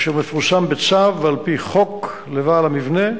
אשר מפורסם בצו על-פי חוק לבעל המבנה.